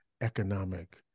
economic